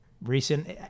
recent